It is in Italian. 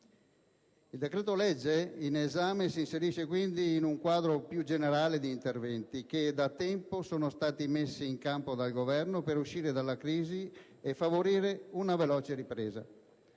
Il decreto-legge in esame si inserisce quindi in un quadro più generale di interventi che da tempo sono stati messi in campo dal Governo per uscire dalla crisi e favorire una veloce ripresa.